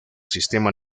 sistema